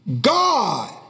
God